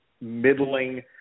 middling